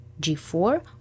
g4